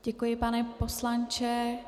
Děkuji, pane poslanče.